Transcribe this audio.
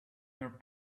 her